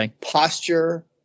Posture